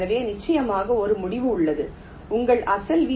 எனவே நிச்சயமாக ஒரு முடிவு உள்ளது உங்கள் அசல் வி